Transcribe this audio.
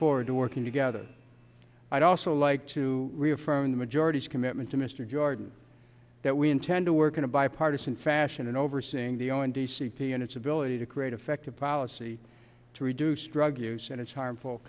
forward to working together i'd also like to reaffirm the majority's commitment to mr jordan that we intend to work in a bipartisan fashion in overseeing the on d c p and its ability to create effective policy to reduce drug use and its harmful